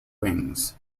wings